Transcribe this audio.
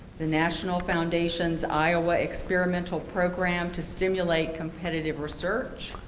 the national foundation's iowa experimental program to stimulate competitive research,